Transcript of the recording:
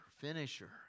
finisher